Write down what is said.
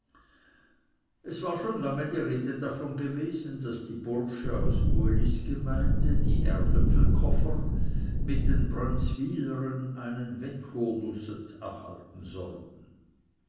es war schon lange die rede davon gewesen daß die bursche aus ulis gemeinde die erdöpfelkofer mit den brönzwylerern einen wetthurnußet abhalten sollten